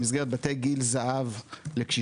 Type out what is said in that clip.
במסגרת בתי גיל זהב לקשישים,